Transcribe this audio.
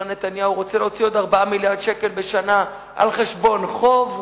נתניהו רוצה להוציא עוד 4 מיליארד שקל בשנה על חשבון חוב,